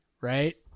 right